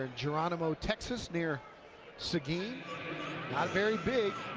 geronimo, texas, near seguin. not very big.